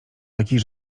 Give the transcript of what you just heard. takich